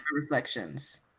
Reflections